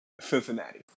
Cincinnati